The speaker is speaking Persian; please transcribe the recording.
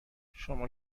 شما